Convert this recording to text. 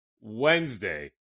Wednesday